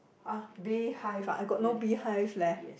!uh! beehive ah I got no beehive leh